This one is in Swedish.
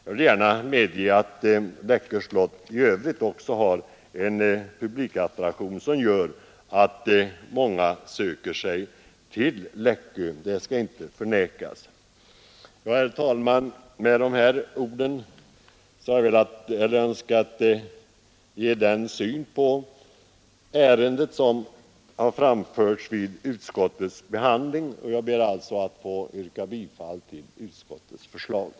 Men jag medger gärna att Läckö slott också i övrigt är en publikattraktion, som gör att många söker sig till Läckö. Herr talman! Med dessa ord har jag önskat ange den syn på ärendet som har framförts vid utskottets behandling, och jag ber att få yrka bifall till utskottets hemställan.